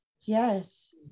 yes